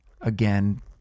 Again